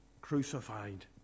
crucified